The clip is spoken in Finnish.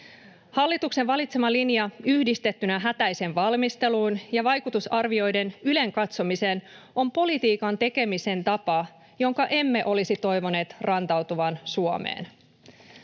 Hallituksen valitsema linja yhdistettynä hätäiseen valmisteluun ja vaikutusarvioiden ylenkatsomiseen on politiikan tekemisen tapa, jonka emme olisi toivoneet rantautuvan Suomeen.